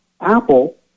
Apple